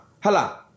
hala